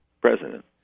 President